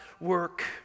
work